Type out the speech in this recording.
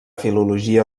filologia